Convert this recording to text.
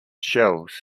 shells